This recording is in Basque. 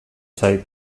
zait